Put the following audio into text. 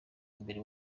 mbere